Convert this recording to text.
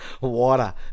water